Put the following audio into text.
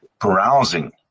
Browsing